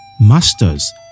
Masters